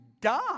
die